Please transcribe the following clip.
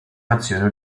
nazioni